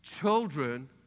Children